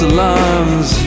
Alarms